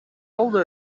болду